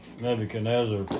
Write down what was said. Nebuchadnezzar